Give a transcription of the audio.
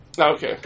Okay